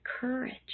courage